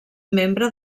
membre